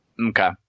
Okay